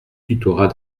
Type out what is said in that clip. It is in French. tutorat